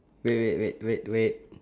wait wait wait wait wait